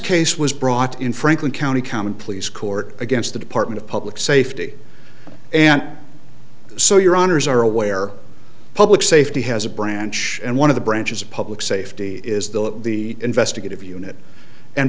case was brought in franklin county common pleas court against the department of public safety and so your honour's are aware public safety has a branch and one of the branches of public safety is the the investigative unit and